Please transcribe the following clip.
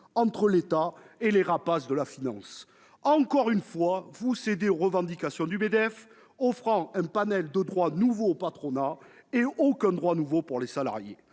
entre l'État et les rapaces de la finance. Encore une fois, vous cédez aux revendications du Medef, offrant un panel de droits nouveaux au patronat, mais aucun pour les salariés.